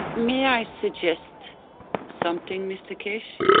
may i suggest something mr keshe?